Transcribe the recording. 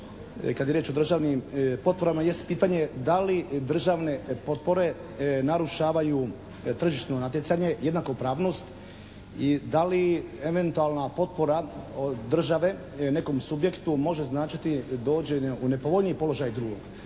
kad je riječ o državnim potporama jest pitanje da li državne potpore narušavaju tržišno natjecanje, jednakopravnost i da li eventualna potpora od države nekom subjektu može značiti da dođe u nepovoljniji položaj drugog.